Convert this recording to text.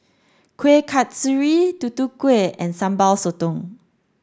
Kueh Kasturi Tutu Kueh and Sambal Sotong